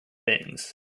things